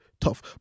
tough